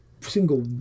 single